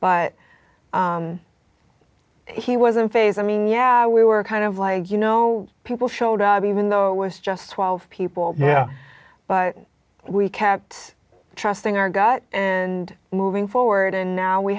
but he was in phase i mean yeah we were kind of like you know people showed up even though it was just twelve people yeah but we kept trusting our gut and moving forward and now we